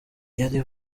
yari